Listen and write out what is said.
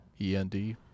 E-N-D